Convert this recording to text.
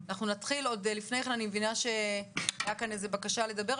אני מבינה שהייתה כאן איזו בקשה לדבר.